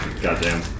Goddamn